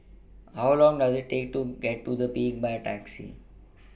How Long Does IT Take to get to The Peak By Taxi